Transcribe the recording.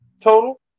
total